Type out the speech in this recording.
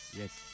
yes